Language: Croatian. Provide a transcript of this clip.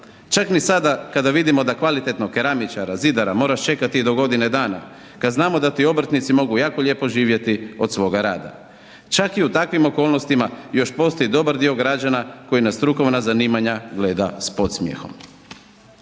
čak ni sada kada vidimo da kvalitetnog keramičara, zidara moraš čekati do godine dana kada znamo da ti obrtnici mogu jako lijepo živjeti od svoga rada. Čak i u takvim okolnostima još postoji dobar dio građana koji na strukovna zanimanja gleda s podsmjehom.